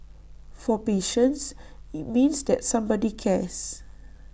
for patients IT means that somebody cares